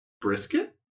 Brisket